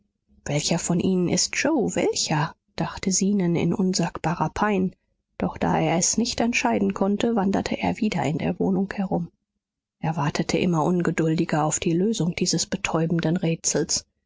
welcher von ihnen ist yoe welcher dachte zenon in unsagbarer pein doch da er es nicht entscheiden konnte wanderte er wieder in der wohnung herum er wartete immer ungeduldiger auf die lösung dieses betäubenden rätsels